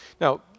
Now